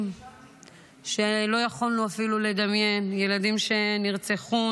שלא יכולנו אפילו לדמיין: ילדים נרצחו,